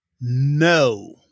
No